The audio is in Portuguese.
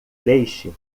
deixe